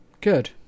Good